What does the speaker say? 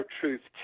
truth